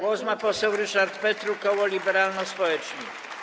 Głos ma poseł Ryszard Petru, koło Liberalno-Społeczni.